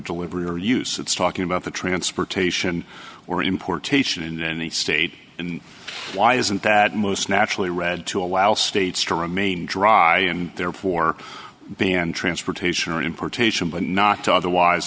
delivery or use it's talking about the transportation or importation in any state and why isn't that most naturally red to allow states to remain dry and therefore being in transportation or importation but not to otherwise